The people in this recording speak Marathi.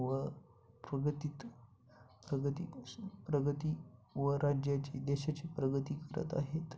व प्रगतीत प्रगतीस प्रगती व राज्याची देशाची प्रगती करत आहेत